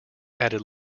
added